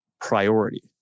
priority